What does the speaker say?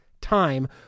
time